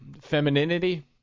femininity